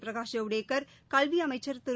பிரகாஷ் ஜவடேகர் கல்வி அமைச்சர் திரு